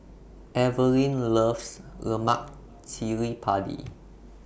Evelin loves Lemak Cili Padi